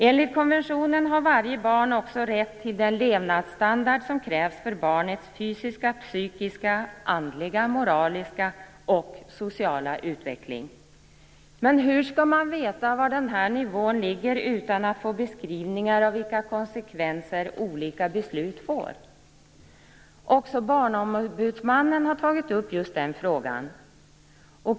Enligt konventionen har varje barn också rätt till den levnadsstandard som krävs för barnets fysiska, psykiska, andliga, moraliska och sociala utveckling. Men hur skall man veta var denna nivå ligger utan att ha tillgång till beskrivningar av vilka konsekvenser olika beslut får? Även Barnombudsmannen har tagit upp just den frågan.